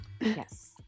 Yes